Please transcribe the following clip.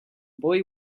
boy